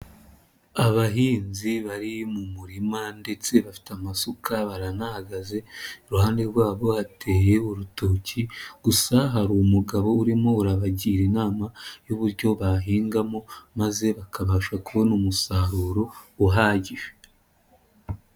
Abahinzi bari mu murima ndetse bafite amasuka baranahagaze, iruhande rwabo hateye urutoki, gusa hari umugabo urimo urabagira inama y'uburyo bahingamo, maze bakabasha kubona umusaruro uhagije.